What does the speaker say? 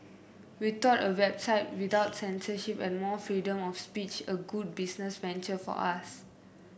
we thought a website without censorship and more freedom of speech a good business venture for us